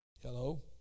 Hello